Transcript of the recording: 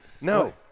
No